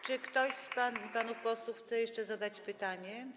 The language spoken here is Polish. Czy ktoś z pań i panów posłów chce jeszcze zadać pytanie?